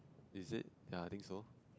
is it ya I think so